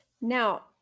Now